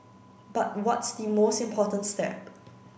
but what's the most important step